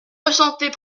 ressentait